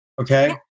Okay